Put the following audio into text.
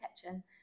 kitchen